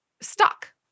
stuck